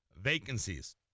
vacancies